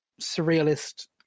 surrealist